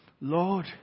Lord